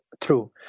true